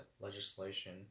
legislation